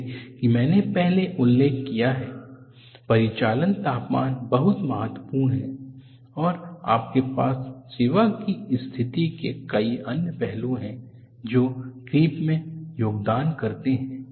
जैसा कि मैंने पहले उल्लेख किया है परिचालन तापमान बहुत महत्वपूर्ण है और आपके पास सेवा की स्थिति के कई अन्य पहलू हैं जो क्रीप में योगदान करते हैं